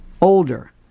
Older